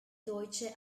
deutsche